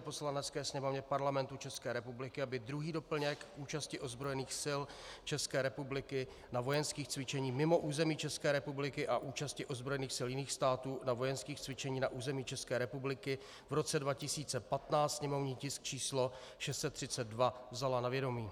Poslanecké sněmovně Parlamentu České republiky, aby 2. doplněk k účasti ozbrojených sil České republiky na vojenských cvičeních mimo území České republiky a účasti ozbrojených sil jiných států na vojenských cvičení na území České republiky v roce 2015, sněmovní tisk číslo 632 vzala na vědomí.